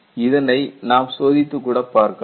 இதனை நாம் சோதித்துக் கூட பார்க்கலாம்